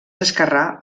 esquerrà